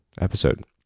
episode